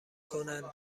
کنن